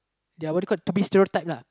their what you call to be stereotype lah